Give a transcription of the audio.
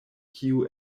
kiu